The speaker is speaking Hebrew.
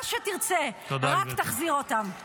מה שתרצה -- תודה,